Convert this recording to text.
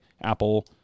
Apple